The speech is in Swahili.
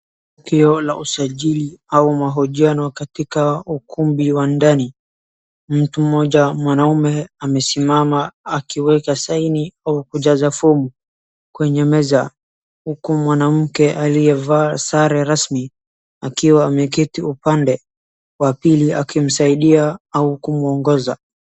kituo ya la usajili au mahojiano katika ukumbi wa ndani mtu mmoja mwanaume amesimama anaweka saini au akijaza fomu kwenye meza huku mwanamke aliyevaa sare rasmi akiwa ameketi upande wa pili akimsaidia au kumuongoza